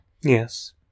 Yes